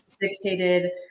dictated